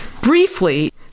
briefly